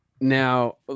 now